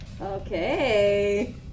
Okay